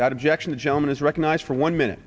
that objection the gentleman is recognized for one minute